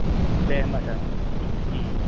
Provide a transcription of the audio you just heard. दे होनबा सार